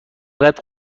قدر